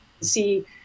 see